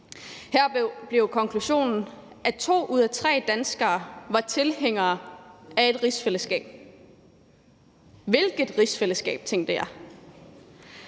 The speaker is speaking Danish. Her blev konklusionen, at to ud af tre danskere var tilhængere af et rigsfællesskab. Hvilket rigsfællesskab? tænkte jeg.